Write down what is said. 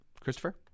Christopher